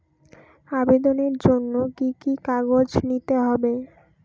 আবেদনের জন্য কি কি কাগজ নিতে হবে?